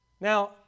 Now